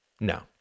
No